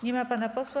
Nie ma pana posła.